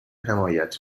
حمایت